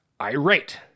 irate